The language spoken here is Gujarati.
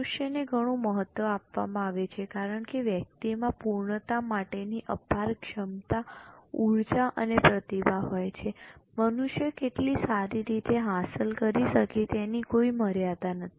મનુષ્યને ઘણું મહત્વ આપવામાં આવે છે કારણ કે વ્યક્તિમાં પૂર્ણતા માટેની અપાર ક્ષમતા ઉર્જા અને પ્રતિભા હોય છે મનુષ્ય કેટલી સારી રીતે હાંસલ કરી શકે તેની કોઈ મર્યાદા નથી